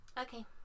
Okay